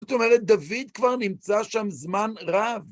זאת אומרת, דוד כבר נמצא שם זמן רב.